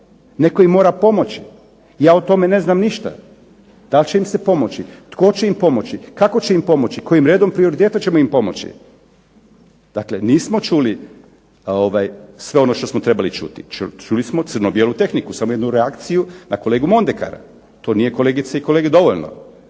netko im mora pomoći. Ja o tome ne znam ništa, da li će im se pomoći? Tko će im pomoći? Kako će im pomoći? Kojim redom prioriteta ćemo im pomoći? Dakle, nismo čuli sve ono što smo trebali čuti. Čuli smo crno bijelu tehniku, samo jednu reakciju na kolegu Mondekara. To nije kolegice i kolege dovoljno,